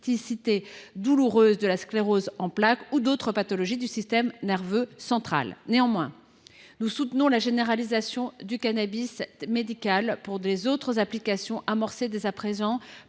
spasticité douloureuse de la sclérose en plaques ou d’autres pathologies du système nerveux central. Néanmoins, nous soutenons la généralisation du cannabis médical pour d’autres applications amorcée dès à présent